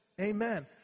Amen